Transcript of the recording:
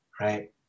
right